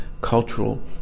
cultural